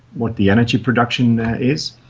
what the energy production is.